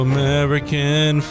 American